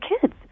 kids